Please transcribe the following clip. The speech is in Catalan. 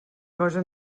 cosa